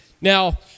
Now